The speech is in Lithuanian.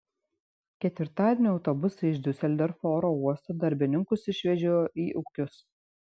ketvirtadienį autobusai iš diuseldorfo oro uosto darbininkus išvežiojo į ūkius